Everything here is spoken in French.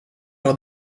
par